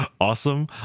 awesome